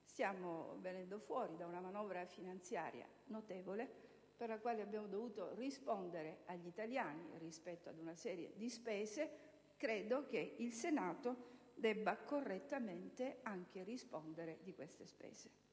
terminando l'esame di una manovra finanziaria notevole, della quale abbiamo dovuto rispondere agli italiani rispetto ad una serie di spese. Credo, dunque, che il Senato debba correttamente rispondere anche di questa spesa.